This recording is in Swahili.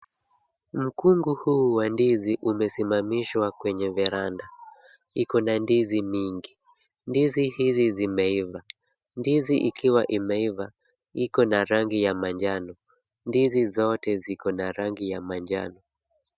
Mkungu huu wa ndizi umesimamishwa kwenye verenda. Iko na ndizi mingi. Ndizi hizi zimeiva. Ndizi ikiwa imeiva iko na rangi ya manjano. Ndizi zote ziko na rangi ya manjano.